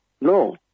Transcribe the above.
No